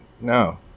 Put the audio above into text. no